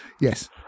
Yes